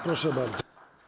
Proszę bardzo.